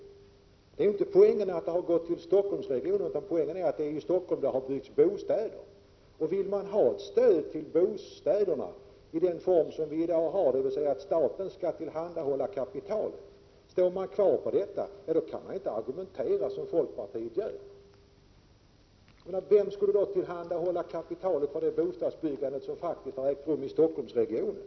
Poängen är inte att det har gått till Stockholm utan att det är i Stockholm som det har byggts bostäder. Om man vill ha ett stöd till bostäderna i den form som det har i dag, dvs. där staten tillhandahåller kapitalet, kan man inte argumentera som folkpartiet gör. Vem skulle tillhandahålla kapitalet till det bostadsbyggande som har ägt rum i Stockholmsregionen?